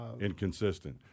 inconsistent